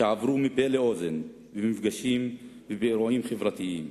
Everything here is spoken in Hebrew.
שעברו מפה לאוזן במפגשים ובאירועים חברתיים.